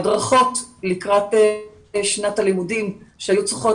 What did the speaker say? לגבי הדרכות לקראת שנת הלימודים שהיו צריכות